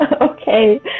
okay